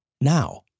now